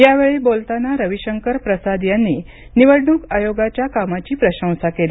यावेळी बोलताना रवीशंकर प्रसाद यांनी निवडणूक आयोगाच्या कामाची प्रशंसा केली